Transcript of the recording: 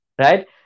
Right